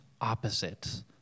opposite